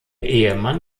ehemann